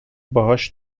باهاش